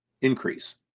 increase